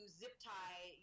zip-tie